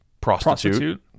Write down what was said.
prostitute